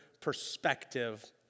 perspective